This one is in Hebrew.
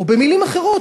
או במילים אחרות,